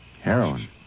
Heroin